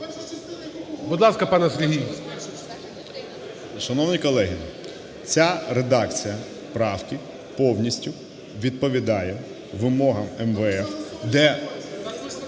Будь ласка, пане Сергій.